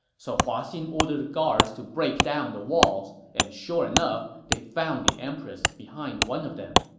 so hua xin ordered the guards to break down the walls, and sure enough, they found the empress behind one of them.